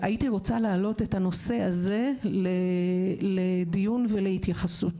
הייתי רוצה להעלות את הנושא הזה לדיון ולהתייחסות.